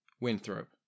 Winthrop